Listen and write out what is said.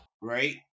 right